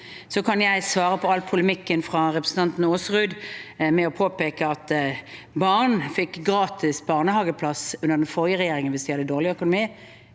Jeg kan svare på all polemikken fra representanten Aasrud med å påpeke at barn fikk gratis barnehageplass under den forrige regjeringen hvis man hadde dårlig økonomi.